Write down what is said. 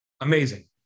Amazing